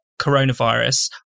coronavirus